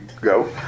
go